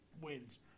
wins